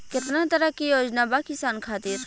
केतना तरह के योजना बा किसान खातिर?